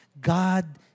God